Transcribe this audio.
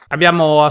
Abbiamo